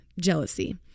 jealousy